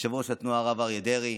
יושב-ראש התנועה הרב אריה דרעי.